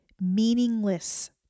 meaningless